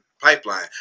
pipeline